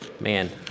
Man